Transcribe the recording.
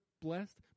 blessed